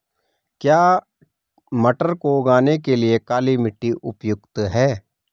क्या मटर को उगाने के लिए काली मिट्टी उपयुक्त है?